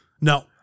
No